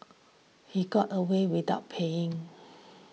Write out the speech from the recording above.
he got away without paying